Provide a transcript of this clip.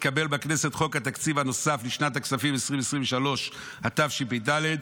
התקבל בכנסת חוק התקציב הנוסף לשנת הכספים 2323 התשפ"ד.